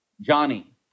Johnny